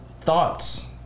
thoughts